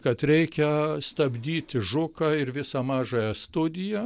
kad reikia stabdyti žuką ir visą mažąją studiją